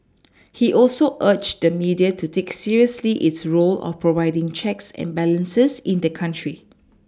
he also urged the media to take seriously its role of providing checks and balances in the country